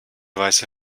weiße